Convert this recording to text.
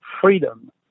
freedom